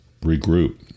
regroup